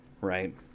right